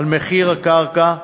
על מחיר הקרקע,